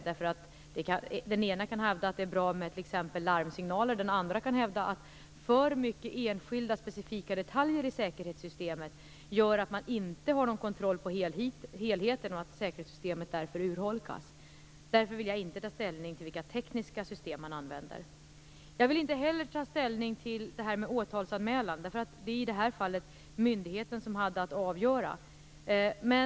Den ena kan tycka att det är bra med t.ex. larmsignaler, den andra kan hävda att för mycket enskilda, specifika detaljer i säkerhetssystemet gör att man förlorar kontrollen över helheten och att säkerhetssystemet därmed urholkas. Därför vill jag inte ta ställning till vilka tekniska system man använder. Jag vill inte heller ta ställning till frågan om åtalsanmälan. Det var i det här fallet myndigheten som hade att avgöra den.